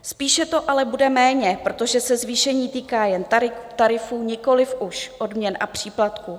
Spíše to ale bude méně, protože se zvýšení týká jen tarifů, nikoliv už odměn a příplatků.